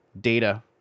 data